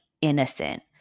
innocent